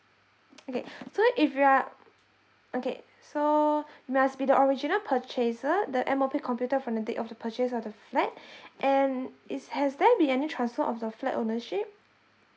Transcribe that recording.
okay so if you are okay so must be the original purchaser the M_O_P computed from the date of the purchase of the flat and is has there be any transfer of the flat ownership